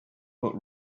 but